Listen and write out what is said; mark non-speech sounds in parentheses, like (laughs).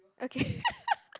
okay (laughs)